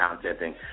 contenting